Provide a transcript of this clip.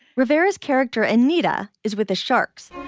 riveras character and neeta is with the sharks